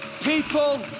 people